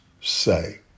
say